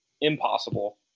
impossible